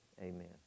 amen